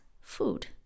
food